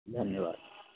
धन्यवाद